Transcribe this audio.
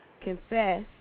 confess